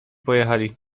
pojechali